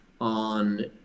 on